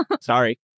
Sorry